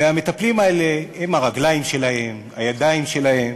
והמטפלים האלה הם הרגליים שלהם, הידיים שלהם,